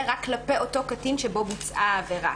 רק כלפי אותו קטין שבו בוצעה העבירה.